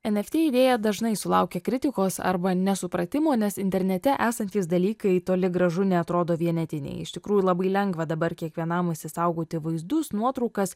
eft idėja dažnai sulaukia kritikos arba nesupratimo nes internete esantys dalykai toli gražu neatrodo vienetiniai iš tikrųjų labai lengva dabar kiekvienam išsisaugoti vaizdus nuotraukas